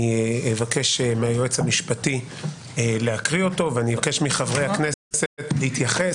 אני אבקש מהיועץ המשפטי להקריא אותו ואני אבקש מחברי הכנסת להתייחס.